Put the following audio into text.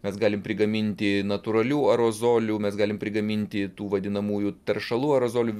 mes galime prigaminti natūralių aerozolių mes galim prigaminti tų vadinamųjų taršalų aerozolių